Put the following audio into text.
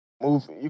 move